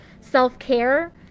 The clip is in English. self-care